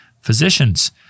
physicians